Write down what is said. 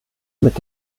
mit